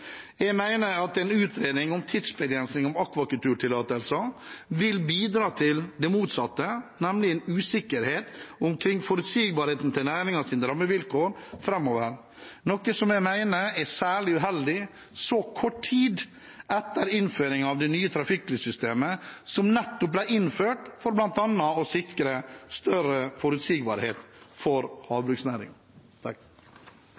Jeg mener at en utredning om tidsbegrensning av akvakulturtillatelser vil bidra til det motsatte, nemlig en usikkerhet omkring forutsigbarheten til næringens rammevilkår framover, noe som jeg mener er særlig uheldig så kort tid etter innføringen av det nye trafikklyssystemet, som nettopp ble innført for bl.a. å sikre større forutsigbarhet for